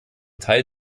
teil